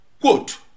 quote